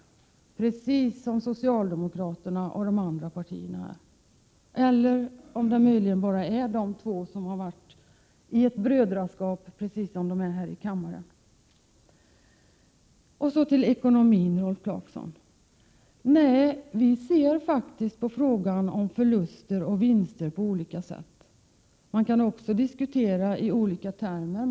Rolf Clarkson har sagt nej precis som socialdemokraterna och representanterna för de andra partierna. Eller är det möjligen bara med socialdemokraterna som han ingått ett brödraskap, precis som han gör här i kammaren? Så till ekonomin, Rolf Clarkson. Vi ser faktiskt på frågan om förluster och vinster på olika sätt. Man kan också diskutera i olika termer.